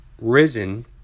risen